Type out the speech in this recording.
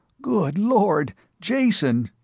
good lord jason!